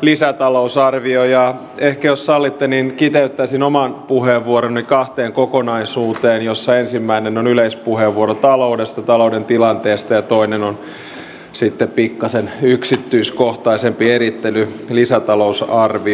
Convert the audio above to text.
lisätalousarvio ja ehkä jos sallitte kiteyttäisin oman puheenvuoroni kahteen kokonaisuuteen joista ensimmäinen on yleispuheenvuoro taloudesta talouden tilanteesta ja toinen on sitten pikkaisen yksityiskohtaisempi erittely lisäta lousarvioesityksestä